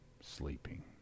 sleeping